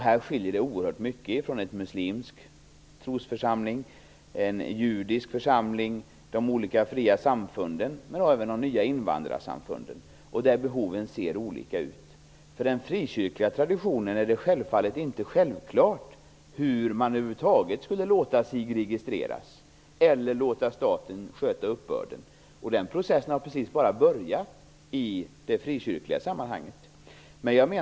Det skiljer oerhört mycket mellan en muslimsk trosförsamling, en judisk församling, de olika fria samfunden och även de nya invandrarsamfunden. Behoven ser olika ut. För den frikyrkliga traditionen är det självfallet inte självklart att man över huvud taget skulle låta sig registreras eller låta staten sköta uppbörden. Den processen har precis bara börjat i det frikyrkliga sammanhanget.